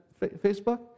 Facebook